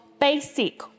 basic